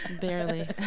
barely